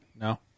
No